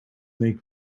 make